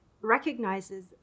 recognizes